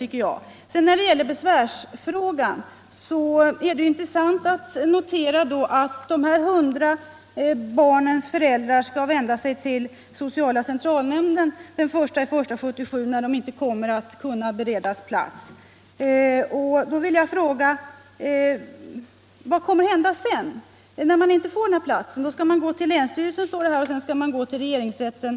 När det sedan gäller besvärsfrågan är det intressant att notera att de 100 barnens föräldrar skall vända sig till sociala centralnämnden när deras barn inte kommer att kunna beredas plats den 1 januari 1977. Då vill Om uppskov med jag fråga: Vad kommer att hända om de inte får den plats de behöver för barnen? Det besked jag fått är att de skall vända sig till länsstyrelsen och sedan till regeringsrätten.